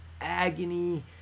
agony